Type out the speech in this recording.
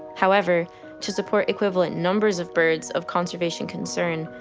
however to support equivalent numbers of birds of conservation concern,